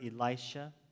Elisha